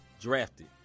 drafted